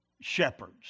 shepherds